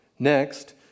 Next